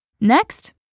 Next